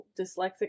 dyslexic